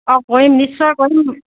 অঁ কৰিম নিশ্চয় কৰিম